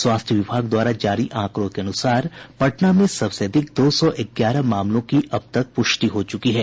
स्वास्थ्य विभाग द्वारा जारी ऑकड़ों के अनुसार पटना में सबसे अधिक दो सौ ग्यारह मामलों की अब तक प्रष्टि हो चुकी है